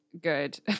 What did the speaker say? good